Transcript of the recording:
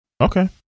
Okay